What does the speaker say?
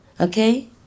Okay